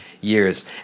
years